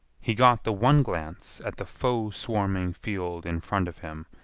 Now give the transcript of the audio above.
he got the one glance at the foe-swarming field in front of him,